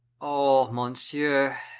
oh, monsieur